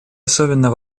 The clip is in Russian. особенно